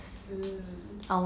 mmhmm